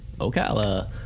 Ocala